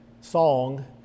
song